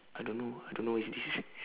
I don't know I don't know what is this